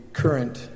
current